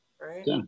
Right